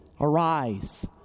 Arise